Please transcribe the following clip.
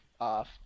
off